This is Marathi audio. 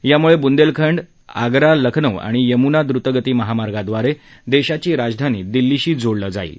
यामुळे बुंदेलखंड आप्रा लखनऊ आणि यमुना द्रुतगती महामार्गाद्वारे देशाची राजधानी दिल्लीशी जोडलं जाणार आहे